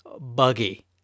buggy